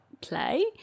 play